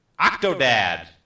Octodad